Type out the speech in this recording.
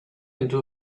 into